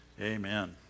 Amen